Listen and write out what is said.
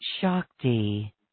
Shakti